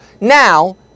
Now